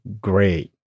great